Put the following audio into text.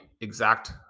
exact